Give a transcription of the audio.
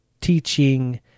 teaching